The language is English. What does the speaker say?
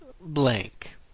blank